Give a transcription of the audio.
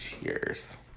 cheers